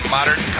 Modern